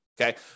Okay